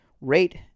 Rate